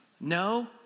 No